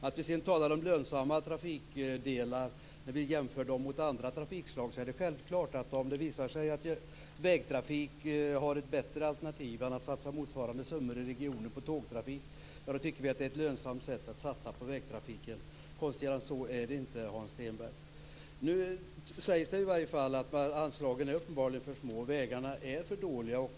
När vi sedan talar om lönsamma trafikdelar i jämförelse med andra trafikslag tycker vi självklart att om det visar sig att vägtrafik är ett bättre alternativ än att satsa motsvarande summor i regionen på tågtrafik är det lönsamt att satsa på vägtrafiken. Konstigare än så är det inte, Hans Stenberg. Nu sägs det i varje fall att anslagen uppenbarligen är för små. Vägarna är för dåliga.